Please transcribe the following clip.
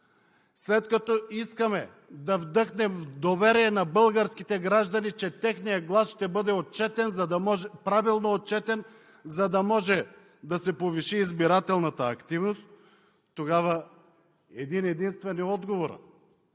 след като искаме да вдъхнем доверие на българските граждани, че техният глас ще бъде правилно отчетен, за да може да се повиши избирателната активност, тогава един-единствен е отговорът